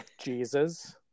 jesus